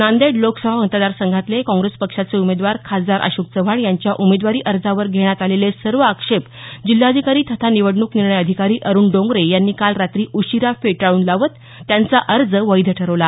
नांदेड लोकसभा मतदारसंघातले काँगेस पक्षाचे उमेदवार खासदार अशोक चव्हाण यांच्या उमेदवारी अर्जावर घेण्यात आलेले सर्व आक्षेप जिल्हाधिकारी तथा निवडणूक निर्णय अधिकारी अरूण डोंगरे यांनी काल रात्री उशिरा फेटाळून लावत त्यांचा अर्ज वैध ठरवला